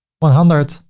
one hundred,